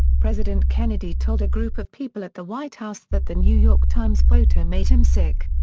president kennedy told a group of people at the white house that the new york times photo made him sick.